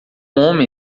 homem